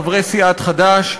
חברי סיעת חד"ש.